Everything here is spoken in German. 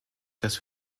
das